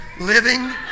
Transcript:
Living